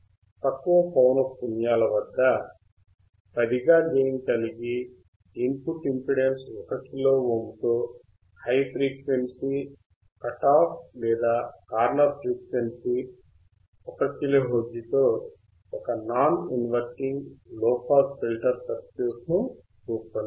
తక్కువ పౌనఃపున్యాల వద్ద 10 గా గెయిన్ కలిగి input impedance 1 kilo ohm తో హై ఫ్రీక్వెన్సీ cut off లేదా కార్నర్ ఫ్రీక్వెన్సీ 1 కిలో హెర్ట్జ్ తో ఒక నాన్ ఇన్వర్టింగ్ లోపాస్ ఫిల్టర్ సర్క్యూట్ను రూపొందించారు